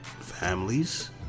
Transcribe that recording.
families